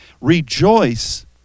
rejoice